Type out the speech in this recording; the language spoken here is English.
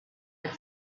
had